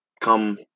come